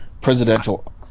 presidential